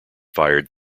fired